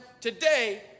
today